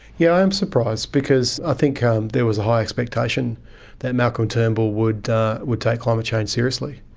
yeah i am surprised, because i think um there was a high expectation that malcolm turnbull would would take climate change seriously.